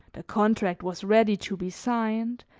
the contract was ready to be signed,